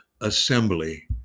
assembly